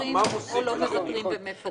או מוותרים או שלא מוותרים ומפצלים.